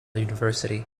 university